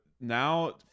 now